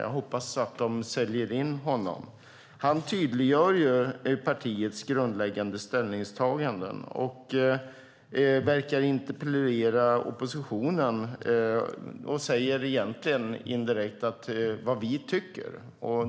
Jag hoppas att de säljer in honom. Han tydliggör partiets grundläggande ställningstaganden och verkar interpellera oppositionen och säger egentligen indirekt vad vi tycker.